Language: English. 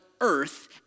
earth